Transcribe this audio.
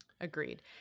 Agreed